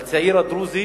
לצעיר הדרוזי